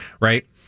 right